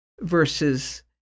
versus